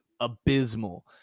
abysmal